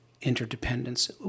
interdependence